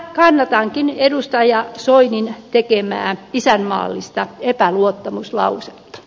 kannatankin edustaja soinin tekemää isänmaallista epäluottamuslausetta